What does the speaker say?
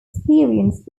experienced